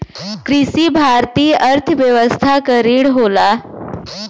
कृषि भारतीय अर्थव्यवस्था क रीढ़ होला